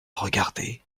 regardait